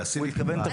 תעשי לי טובה.